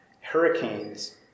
Hurricanes